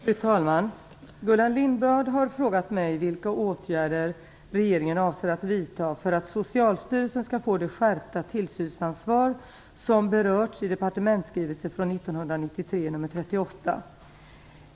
Fru talman! Gullan Lindblad har frågat mig vilka åtgärder regeringen avser att vidta för att Socialstyrelsen skall få det skärpta tillsynsansvar som berörts i departementsskrivelse 1993:38.